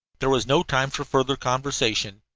there was no time for further conversation.